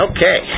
Okay